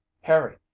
Harry